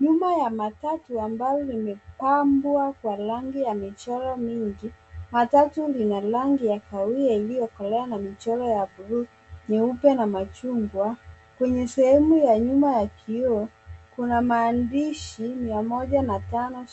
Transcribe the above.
Nyumba ya matatu ambalo limepambwa kwa rangi ya michoro mingi. Matatu lina rangi ya kahawia iliyokolea na michoro ya buluu, nyeupe na machungwa. Kwenye sehemu ya nyuma ya kioo kuna maandishi miia moja na tano